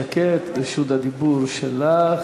שקד, רשות הדיבור שלך.